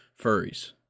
furries